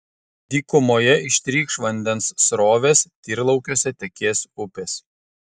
dykumoje ištrykš vandens srovės tyrlaukiuose tekės upės